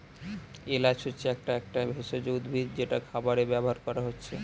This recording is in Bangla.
এলাচ হচ্ছে একটা একটা ভেষজ উদ্ভিদ যেটা খাবারে ব্যাভার কোরা হচ্ছে